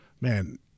man